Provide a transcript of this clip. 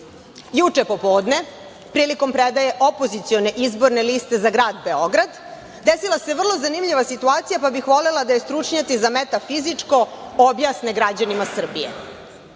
popodne prilikom predaje opozicione izborne liste za Grad Beograd, desila se vrlo zanimljiva situacija pa bih volela da je stručnjaci za metafizičko objasne građanima Srbije.